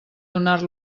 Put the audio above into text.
donar